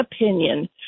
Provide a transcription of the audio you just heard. opinion